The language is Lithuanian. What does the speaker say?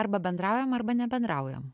arba bendraujam arba nebendraujam